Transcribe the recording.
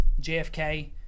jfk